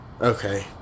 Okay